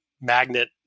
magnet